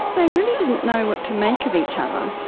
they really didn't know what to make of each other,